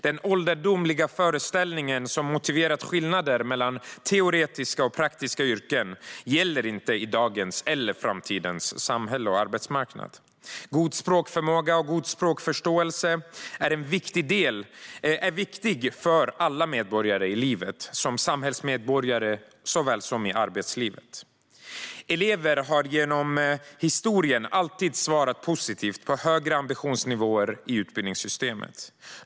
Den ålderdomliga föreställning som motiverat skillnader mellan teoretiska och praktiska yrken gäller inte i dagens eller framtidens samhälle och på arbetsmarknaden. God språkförmåga och god språkförståelse är viktigt för alla medborgare i livet, såväl som samhällsmedborgare som i arbetslivet. Elever har genom historien alltid svarat positivt på högre ambitionsnivåer i utbildningssystemet.